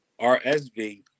RSV